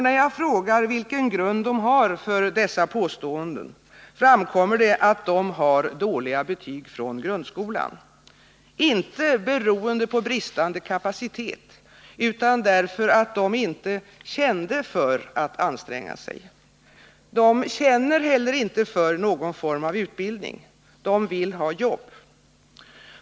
När jag frågar vilken grund de har för dessa påståenden, framkommer det att de har dåliga betyg från grundskolan — inte beroende på bristande kapacitet utan därför att de inte ”kände för” att anstränga sig. De ”känner” heller inte för någon form av utbildning — de vill ha jobb.